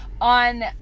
On